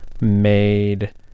made